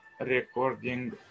recording